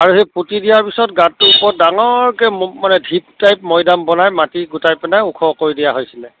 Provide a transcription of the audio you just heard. আৰু সেই পুটি দিয়াৰ পিছত গাঁতটোৰ ওপৰত ডাঙৰকৈ মানে ধিপ টাইপ মৈদাম বনাই মাটি গোটাইপেনে ওখ কৰি দিয়া হৈছিলে